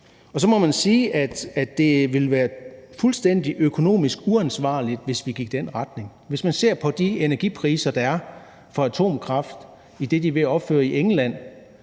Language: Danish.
Og så må man sige, at det ville være fuldstændig økonomisk uansvarligt, hvis vi gik i den retning. Hvis man ser på de energipriser, der er på atomkraft, for det, de er ved at opføre i England,